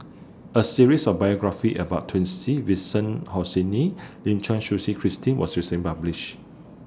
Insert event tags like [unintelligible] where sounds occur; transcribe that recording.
A series of biographies about Twisstii Vincent [unintelligible] Lim Suchen Christine was recently published